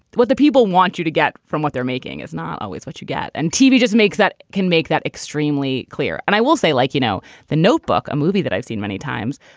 what the people want you to get from what they're making is not always what you get. and tv just makes that can make that extremely clear. and i will say, like, you know, the notebook, a movie that i've seen many times.